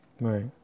Right